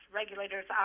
regulators